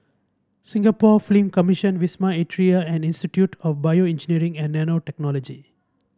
Singapore Film Commission Wisma Atria and Institute of BioEngineering and Nanotechnology